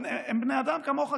הם בני אדם כמוך,